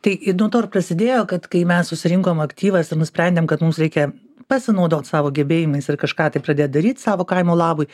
tai nuo to ir prasidėjo kad kai mes susirinkom aktyvas ir nusprendėm kad mums reikia pasinaudot savo gebėjimais ir kažką tai pradėt daryt savo kaimo labui